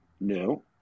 No